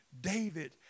David